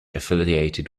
affiliated